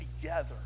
together